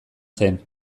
zen